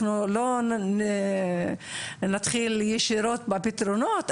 אנחנו לא נתחיל ישירות בפתרונות,